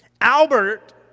Albert